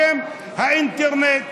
בשם האינטרנט,